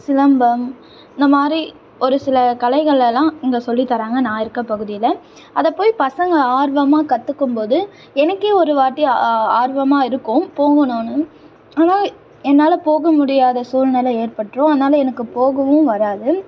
சிலம்பம் இந்த மாதிரி ஒரு சில கலைகளல்லாம் இங்கே சொல்லித்தராங்க நான் இருக்கற பகுதியில் அதைப்போய் பசங்க ஆர்வமாக கற்றுக்கும் போது எனக்கே ஒரு வாட்டி ஆர்வமாக இருக்கும் போகணுன்னு ஆனால் என்னால் போகமுடியாத சூழ்நிலை ஏற்பட்டுரும் அதனால் எனக்கு போகவும் வராது